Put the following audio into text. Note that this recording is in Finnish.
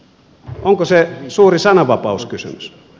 onko se suuri sananvapauskysymys